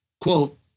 Quote